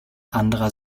anderer